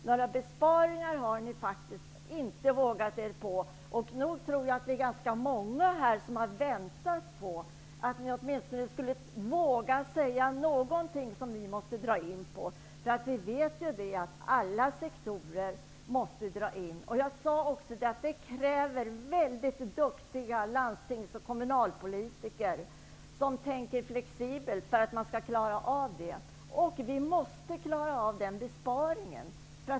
Några besparingar har ni faktiskt inte vågat er på. Nog tror jag att det är ganska många här som har väntat på att ni åtminstone skulle våga säga någonting som ni måste dra in på. Vi vet att alla sektorer måste dra in. Jag sade också att det kräver väldigt duktiga landstingsoch kommunalpolitiker, som tänker flexibelt, för att man skall klara av det. Vi måste klara av den besparingen.